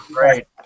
right